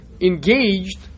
engaged